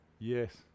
Yes